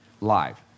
live